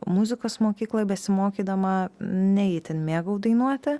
muzikos mokykloj besimokydama ne itin mėgau dainuoti